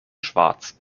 schwarz